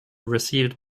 received